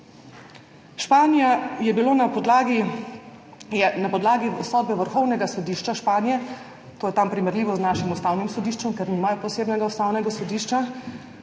Španiji je bilo na podlagi sodbe vrhovnega sodišča Španije, to je tam primerljivo z našim Ustavnim sodiščem, ker nimajo posebnega ustavnega sodišča,